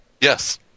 Yes